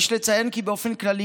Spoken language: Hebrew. יש לציין כי באופן כללי,